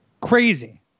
Crazy